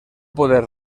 poder